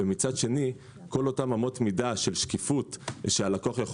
מצד שני כל אותן אמות מידה של שקיפות שהלקוח יכול